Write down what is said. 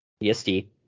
ESD